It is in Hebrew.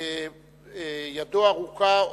כידו הארוכה,